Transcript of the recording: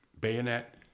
bayonet